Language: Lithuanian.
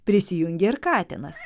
prisijungė ir katinas